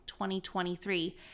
2023